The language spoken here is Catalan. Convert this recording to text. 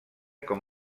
com